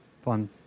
fun